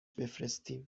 بفرستیم